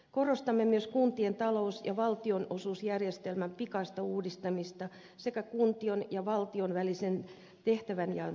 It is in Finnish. korostamme myös kuntien talous ja valtionosuusjärjestelmän pikaista uudistamista sekä kuntien ja valtion välisen tehtävänjaon tarkastelua